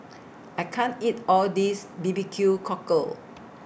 I can't eat All This B B Q Cockle